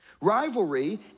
Rivalry